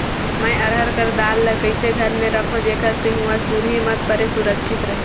मैं अरहर कर दाल ला कइसे घर मे रखों जेकर से हुंआ सुरही मत परे सुरक्षित रहे?